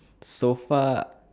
so far